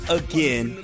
again